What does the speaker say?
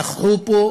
נכחו בו